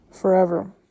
forever